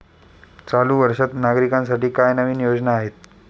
चालू वर्षात नागरिकांसाठी काय नवीन योजना आहेत?